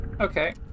Okay